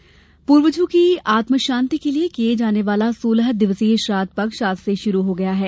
श्राद्व पक्ष पूर्वजों की आत्मषांति के लिये किये जाने वाला सोलह दिवसीय श्राद्ध पक्ष आज से शुरू हो गया है